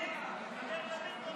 לא שומעים אותך, דבר למיקרופון.